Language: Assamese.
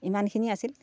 ইমানখিনি আছিল